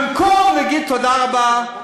אז במקום להגיד תודה רבה,